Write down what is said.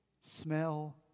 smell